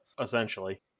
Essentially